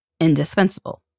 indispensable